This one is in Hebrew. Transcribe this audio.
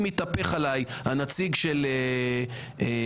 אם מתהפך עלי הנציג של רע"ם,